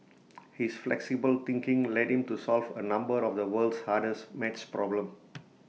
his flexible thinking led him to solve A number of the world's hardest math problems